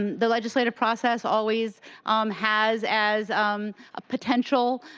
um the legislative process always um has, as um a potential,